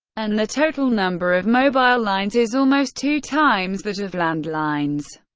and the total number of mobile lines is almost two times that of landlines,